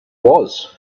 was